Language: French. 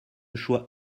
choix